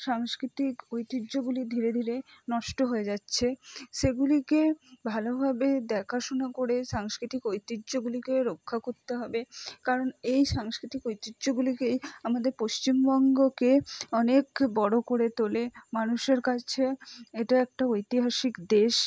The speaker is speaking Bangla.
সাংস্কৃতিক ঐতিহ্যগুলি ধীরে ধীরে নষ্ট হয়ে যাচ্ছে সেগুলিকে ভালোভাবে দেখাশোনা করে সাংস্কৃতিক ঐতিহ্যগুলিকে রক্ষা কর হবে কারণ এই সাংস্কৃতিক ঐতিহ্যগুলিকেই আমাদের পশ্চিমবঙ্গকে অনেক বড় করে তোলে মানুষের কাছে এটা একটা ঐতিহাসিক দেশ